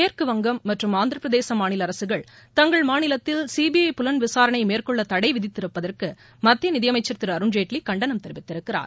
மேற்குவங்கம் மற்றும் ஆந்திரபிரதேச மாநில அரசுகள் தங்கள் மாநிலத்தில் சிபிஐ புலன் விசாரணை மேற்கொள்ள தடை விதித்திருப்பதற்கு மத்திய நிதியமைச்சா் திரு அருண்ஜேட்லி கண்டனம் தெரிவித்திருக்கிறார்